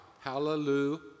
hallelujah